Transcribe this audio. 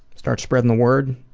start spreading the word.